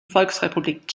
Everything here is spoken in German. volksrepublik